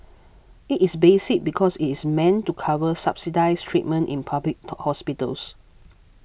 it is basic because it is meant to cover subsidised treatment in public hospitals